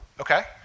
Okay